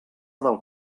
del